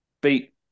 beat